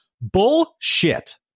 Bullshit